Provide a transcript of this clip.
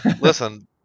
Listen